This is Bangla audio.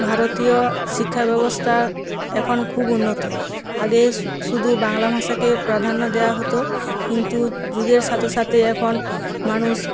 ভারতীয় শিক্ষা ব্যবস্থা এখন খুব উন্নত আগে শুধু বাংলা ভাষাকে প্রাধান্য দেওয়া হতো কিন্তু যুগের সাথে সাথে এখন মানুষ